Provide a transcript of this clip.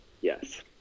Yes